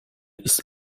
ist